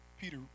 Peter